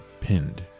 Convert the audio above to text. pinned